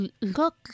look